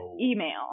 email